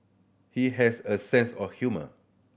he has a sense of humour